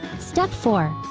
step four.